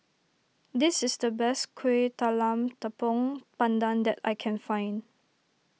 this is the best Kuih Talam Tepong Pandan that I can find